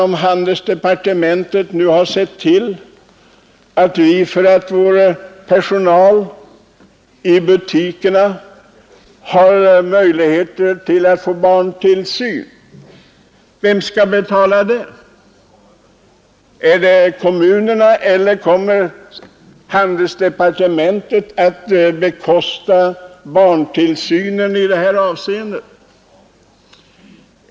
Om handelsdepartementet nu har sett till att de affärsanställda har möjlighet att få barntillsyn, är det givet att man ställer sig frågan: Vem skall betala den barntillsynen? Är det kommunerna eller kommer handelsdepartementet att bekosta barntillsynen?